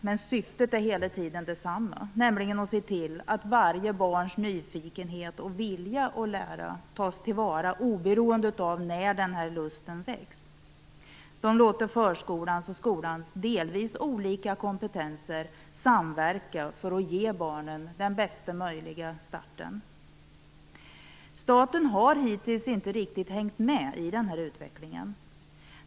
Men syftet är hela tiden detsamma, nämligen att se till att varje barns nyfikenhet och vilja att lära tas tillvara oberoende av när lusten väcks. Förskolans och skolans olika kompetenser skall samverka för att ge barnen den bästa möjliga starten. Staten har hittills inte riktigt hängt med i utvecklingen.